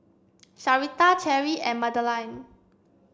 Sherita Cherrie and Madelene